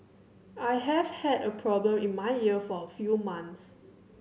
I have had a problem in my ear for a few months